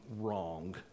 wrong